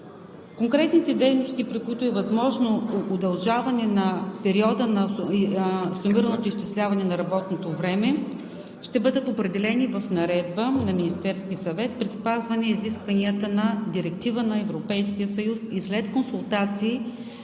Конкретните дейности, при които е възможно удължаване на периода на сумираното изчисляване на работното време, ще бъдат определени в наредба на Министерския съвет при спазване изискванията на Директива на Европейския съюз и след консултации